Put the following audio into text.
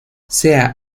sea